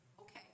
okay